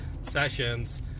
sessions